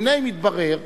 והנה מתברר,